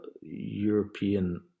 European